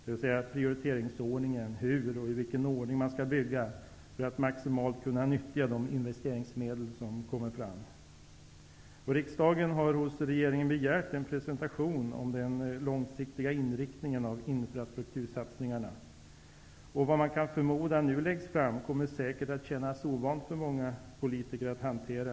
Det gäller prioriteringsordningen, dvs, hur och i vilken ordning man skall bygga för att maximalt kunna nyttja de investeringsmedel som kommer fram. Riksdagen har hos regeringen begärt en presentation av den långsiktiga inriktningen av infrastruktursatsningarna. Man kan förmoda att det som nu läggs fram kommer att kännas ovant för många politiker att hantera.